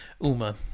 uma